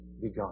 begun